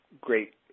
great